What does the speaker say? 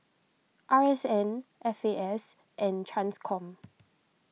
R S N F A S and Transcom